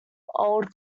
old